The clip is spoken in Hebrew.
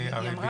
היא אמרה שלא.